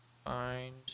find